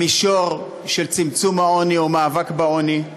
המישור של צמצום העוני או מאבק בעוני,